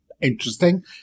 Interesting